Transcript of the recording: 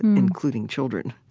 including children,